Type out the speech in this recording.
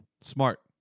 Smart